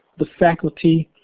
the faculty,